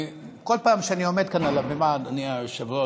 בכל פעם שאני עומד כאן על הבמה, אדוני היושב-ראש,